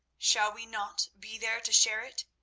shall we not be there to share it,